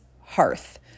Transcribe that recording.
hearth